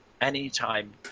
anytime